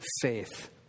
faith